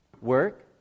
Work